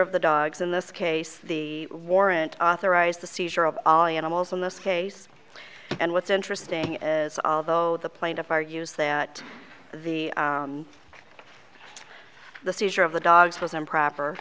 of the dogs in this case the warrant authorized the seizure of all the animals in this case and what's interesting is although the plaintiff argues that the the seizure of the dogs was improper